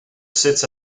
sits